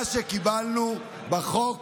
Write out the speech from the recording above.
מה שקיבלנו בחוק